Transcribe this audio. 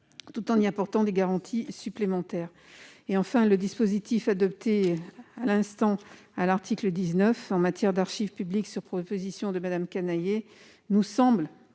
tout en apportant des garanties supplémentaires. Enfin, le dispositif adopté à l'instant à l'article 19 en matière d'archives publiques, sur proposition de Mme Canayer, nous semble